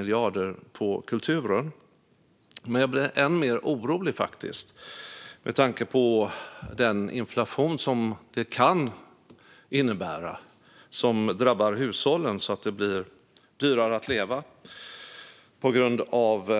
Men jag blir faktiskt ännu mer orolig med tanke på den inflation som det kan innebära och som drabbar hushållen så att det blir dyrare att leva på grund av